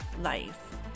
life